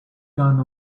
gone